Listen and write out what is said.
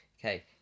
Okay